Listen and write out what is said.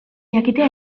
jakitea